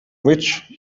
which